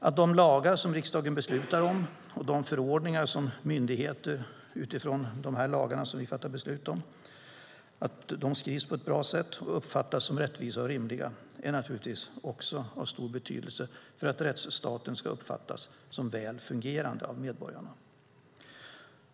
Att de lagar som vi i riksdagen beslutar om och de förordningar som myndigheterna utifrån dessa lagar fattar beslut om skrivs på ett bra sätt och uppfattas som rättvisa och rimliga är naturligtvis också av stor betydelse för att rättsstaten ska uppfattas som väl fungerande av medborgarna.